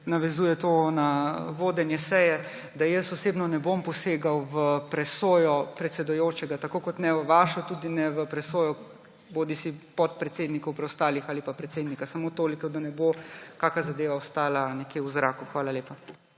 navezuje to na vodenje seje, da jaz osebno ne bom posegal v presojo predsedujočega, tako kot ne v vašo tudi ne v presojo bodisi preostalih podpredsednikov bodisi predsednika. Samo toliko, da ne bo kakšna zadeva ostala nekje v zraku. Hvala lepa.